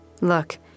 Look